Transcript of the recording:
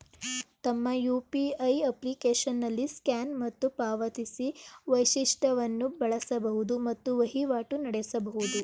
ತಮ್ಮ ಯು.ಪಿ.ಐ ಅಪ್ಲಿಕೇಶನ್ನಲ್ಲಿ ಸ್ಕ್ಯಾನ್ ಮತ್ತು ಪಾವತಿಸಿ ವೈಶಿಷ್ಟವನ್ನು ಬಳಸಬಹುದು ಮತ್ತು ವಹಿವಾಟು ನಡೆಸಬಹುದು